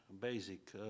basic